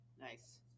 Nice